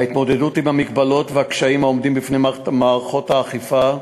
ההתמודדות עם ההגבלות והקשיים העומדים בפני מערכות האכיפה,